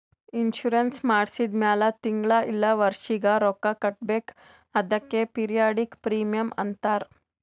insurance ಮಾಡ್ಸಿದ ಮ್ಯಾಲ್ ತಿಂಗಳಾ ಇಲ್ಲ ವರ್ಷಿಗ ರೊಕ್ಕಾ ಕಟ್ಬೇಕ್ ಅದ್ಕೆ ಪಿರಿಯಾಡಿಕ್ ಪ್ರೀಮಿಯಂ ಅಂತಾರ್